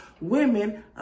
women